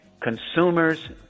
Consumers